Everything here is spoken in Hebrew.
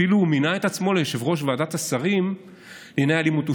הוא אפילו מינה את עצמו ליושב-ראש ועדת השרים לענייני אלימות.